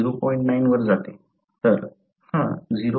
9 वर जाते तर हा 0